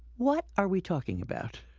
what are we talking about?